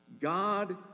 God